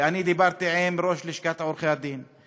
ואני דיברתי עם ראש לשכת עורכי-הדין,